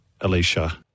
Alicia